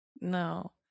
No